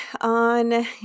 on